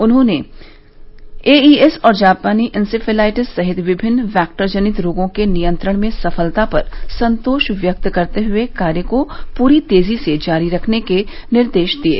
उन्होंने एईएस और जापानी इंसेफ्लाइटिस सहित विभिन्न वैक्टर जनित रोगों के नियंत्रण में सफलता पर संतोष व्यक्त करते हुए कार्य को पूरी तेजी से जारी रखने के निर्देश दिये